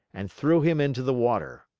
and threw him into the water.